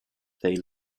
they